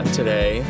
today